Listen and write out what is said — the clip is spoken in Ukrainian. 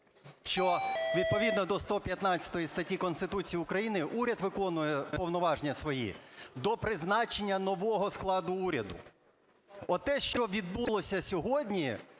що відповідно до 115 статті Конституції України уряд виконує повноваження свої до призначення нового складу уряду. Оте, що відбулося сьогодні,